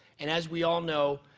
and as we all know,